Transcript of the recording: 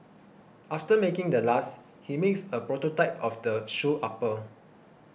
after making the last he makes a prototype of the shoe upper